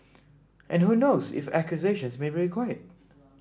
and who knows if acquisitions may be required